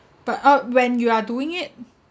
but uh when you are doing it